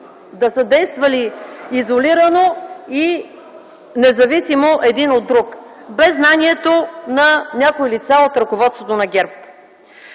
да са действали изолирано и независимо един от друг, без знанието на някои лица от ръководството на ГЕРБ.